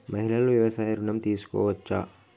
మహిళలు వ్యవసాయ ఋణం తీసుకోవచ్చా?